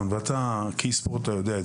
אתה יודע זאת כאיש ספורט.